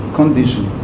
condition